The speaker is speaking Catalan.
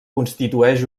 constitueix